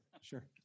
Sure